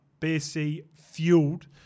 BSC-fueled